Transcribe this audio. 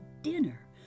dinner